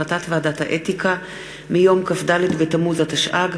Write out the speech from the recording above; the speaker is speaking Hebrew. החלטת ועדת האתיקה מיום כ"ד בתמוז התשע"ג,